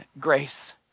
grace